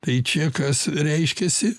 tai čia kas reiškiasi